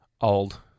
old